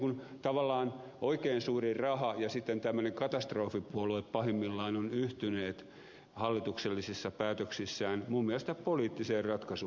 tässä tavallaan oikein suuri raha ja sitten tämmöinen katastrofipuolue pahimmillaan ovat yhtyneet hallituksellisissa päätöksissään minun mielestäni poliittiseen ratkaisuun